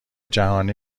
جهانی